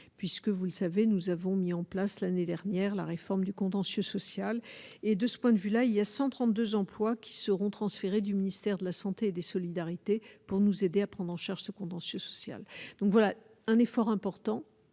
puisque, vous le savez, nous avons mis en place l'année dernière, la réforme du contentieux social et de ce point de vue là il y a 132 emplois qui seront transférés du ministère de la Santé et des solidarités, pour nous aider à prendre en charge contentieux sociales donc voilà un effort important,